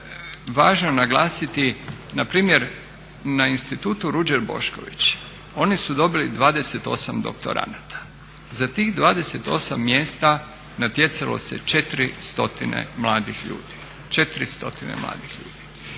važno naglasiti, npr. na Institutu Ruđer Bošković oni su dobili 28 doktoranata. Za tih 28 mjesta natjecalo se 400 mladih ljudi, 400 mladih ljudi.